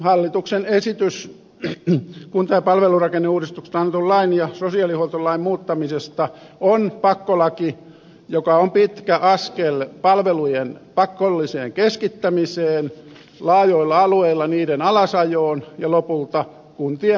hallituksen esitys kunta ja palvelurakenneuudistuksesta annetun lain ja sosiaalihuoltolain muuttamisesta on pakkolaki joka on pitkä askel palvelujen pakolliseen keskittämiseen laajoilla alueilla niiden alasajoon ja lopulta kuntien pakkoliitoksiin